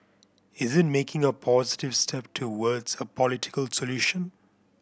is it making a positive step towards a political solution